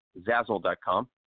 zazzle.com